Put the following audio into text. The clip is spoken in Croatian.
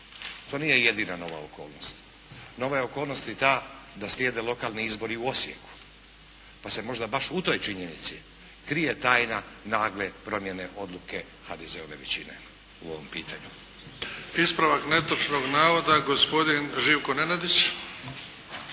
To nije jedina nova okolnost. Nova okolnost je ta da slijede lokalni izbori u Osijeku, pa se možda baš u toj činjenici krije tajna nagle promjene odluke HDZ-ove većine o ovom pitanju. **Bebić, Luka (HDZ)** Ispravak netočnog navoda, gospodin Živko Nenadić.